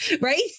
right